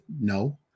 No